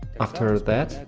after that,